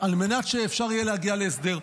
על מנת שאפשר יהיה להגיע להסדר.